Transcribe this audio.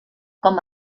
com